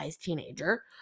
teenager